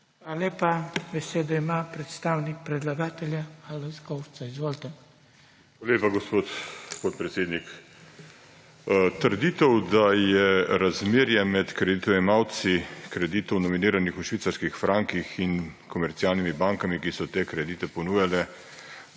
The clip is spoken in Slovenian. Hvala lepa. Besedo ima predstavnik predlagatelja Alojz Kovšca. Izvolite. **ALOJZ KOVŠCA:** Hvala lepa, gospod podpredsednik. Trditev, da je razmerje med kreditojemalci kreditov, nominiranih v švicarskih frankih, in komercialnimi bankami, ki so te kredite ponujale,